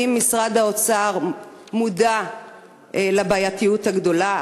האם משרד האוצר מודע לבעייתיות הגדולה?